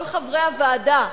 כל חברי הוועדה.